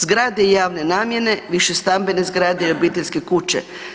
Zgrade javne namjene, više stambene zgrade i obiteljske kuće.